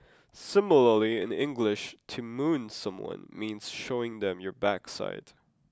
similarly in English to moon someone means showing them your backside